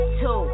two